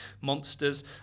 monsters